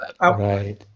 Right